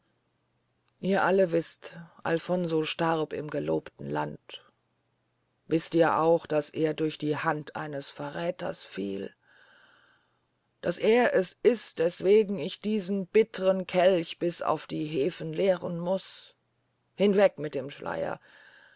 ihr alle wißt alfonso starb im gelobten lande wißt ihr auch daß er durch die hand eines verräthers fiel daß er es ist dessentwegen ich diesen bittern kelch bis auf die hefen leeren muß hinweg mit dem